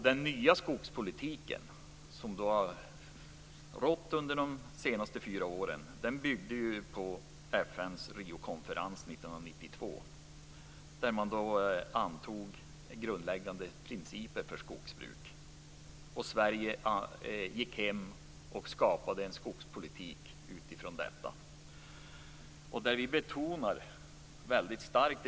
Den nya skogspolitik som har förts under de senaste fyra åren bygger på FN:s Riokonferens 1992, där man antog grundläggande principer för skogsbruk. Sverige har skapat en skogspolitik där Riokonferensens resultat betonas väldigt starkt.